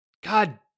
God